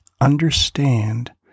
Understand